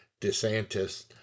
DeSantis